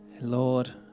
Lord